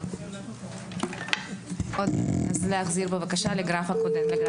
(רע"מ, הרשימה הערבית המאוחדת): << דובר_המשך >>